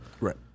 Right